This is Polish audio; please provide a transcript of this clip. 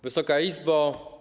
Wysoka Izbo!